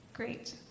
Great